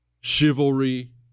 Chivalry